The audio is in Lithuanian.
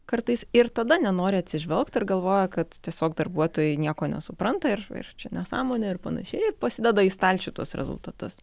kartais ir tada nenori atsižvelgt ir galvoja kad tiesiog darbuotojai nieko nesupranta ir ir čia nesąmonė ir panašiai ir pasideda į stalčių tuos rezultatus